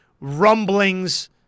rumblings